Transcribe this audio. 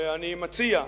ואני מציע,